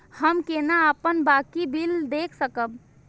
हम केना अपन बाँकी बिल देख सकब?